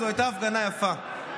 זו הייתה הפגנה יפה.